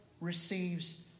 receives